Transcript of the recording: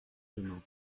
demain